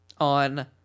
On